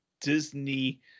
Disney